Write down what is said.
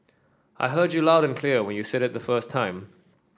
I heard you loud and clear when you said it the first time